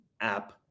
app